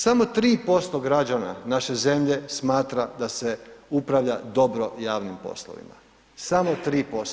Samo 3% građana naše zemlje, smatra da se upravlja dobro, javnim poslovima, samo 3%